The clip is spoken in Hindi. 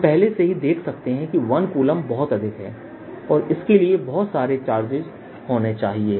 हम पहले से ही देख सकते हैं कि 1 कूलम्ब बहुत अधिक है और इसके लिए बहुत सारे चार्जेस होने चाहिए